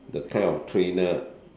that kind of trainer